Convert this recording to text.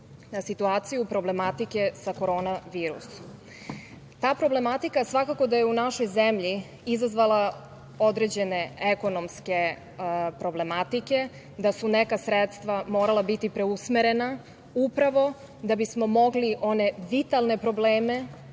na situaciju problematike sa korona virusom. Ta problematika svakako da je u našoj zemlji izazvala određene ekonomske problematike, da su neka sredstva morala biti preusmerena upravo da bismo mogli one vitalne probleme